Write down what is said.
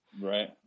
right